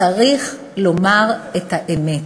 צריך לומר את האמת,